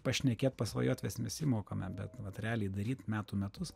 pašnekėt pasvajot mes visi mokame bet vat realiai daryt metų metus